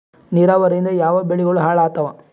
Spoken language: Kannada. ನಿರಾವರಿಯಿಂದ ಯಾವ ಬೆಳೆಗಳು ಹಾಳಾತ್ತಾವ?